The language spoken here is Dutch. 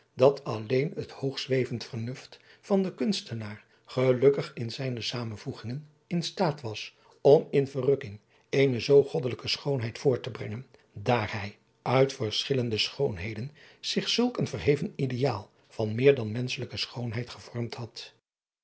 dat alleen het hoogzwevend vernuft van den kunstenaar gelukkig in zijne zamenvoegingen in staat was om in verrukking eene zoo goddelijke schoonheid voort te brengen daar hij uit verschillende schoonheden zich zulk een verheven ideaal van meer dan menschelijke schoonheid gevormd had